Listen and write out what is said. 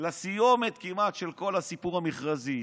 כמעט לסיומת של כל הסיפור המכרזי.